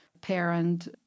parent